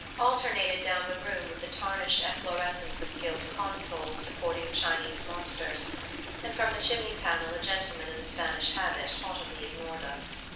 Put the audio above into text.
alternated down the room with the tarnished efflorescence of gilt consoles supporting chinese monsters and from the chimney-panel a gentleman in the spanish habit haughtily ignored us.